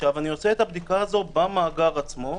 אני עושה את הבדיקה הזאת במאגר עצמו,